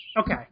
okay